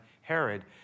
Herod